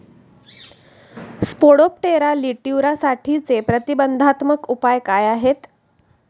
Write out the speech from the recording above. Spodoptera लिट्युरासाठीचे प्रतिबंधात्मक उपाय काय आहेत?